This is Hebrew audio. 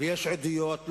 ויש עדויות.